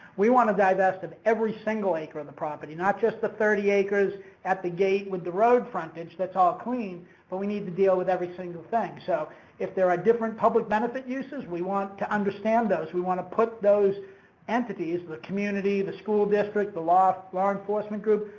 we want to divest of every single acre of the property, not just the thirty acres at the gate with the road frontage, that's all clean but we need to deal with every single thing. so if there are different public benefit uses, we want to understand those, we want to put those entities, the community, the school districts, the law law enforcement group,